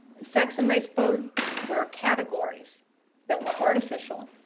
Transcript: sex and race both were categories that were artificial,